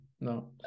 no